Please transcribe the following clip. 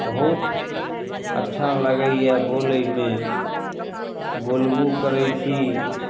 बहुत अच्छा लागैए बोलैमे बोलबो करैत छी